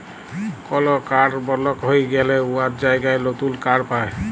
call card block হঁয়ে গ্যালে উয়ার জায়গায় লতুল কাড় পায়